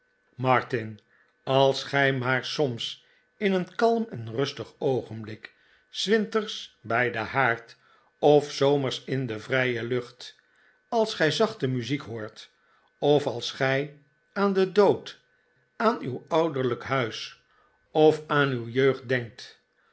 martin als gij maar soms in een kalm en rustig oogenblik s winters bij den haard of s zomers in de vrije lucht als gij zachte muziek hoort of als gij aan den dood aan uw ouderlijk huis of aan uw jeugd denkt